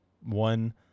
one